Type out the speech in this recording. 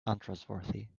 untrustworthy